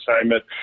assignment